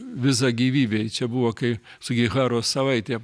viza gyvybei čia buvo kai sugiharos savaitė